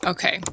Okay